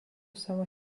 savo